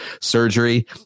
surgery